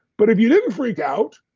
but if you didn't freak out,